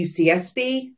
UCSB